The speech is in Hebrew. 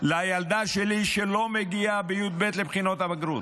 לילדה שלי, שלא מגיעה בי"ב לבחינות הבגרות.